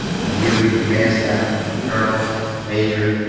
from you, your command staff, colonel, major,